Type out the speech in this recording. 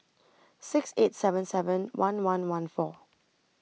six eight seven seven one one one four